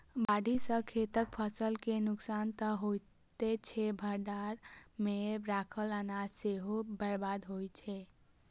बाढ़ि सं खेतक फसल के नुकसान तं होइते छै, भंडार मे राखल अनाज सेहो बर्बाद होइ छै